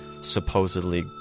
supposedly